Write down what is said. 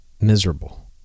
miserable